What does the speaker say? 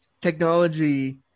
technology